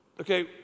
okay